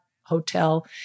hotel